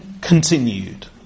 continued